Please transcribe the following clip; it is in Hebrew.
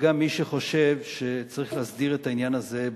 כשפינו אותם מהקרקע.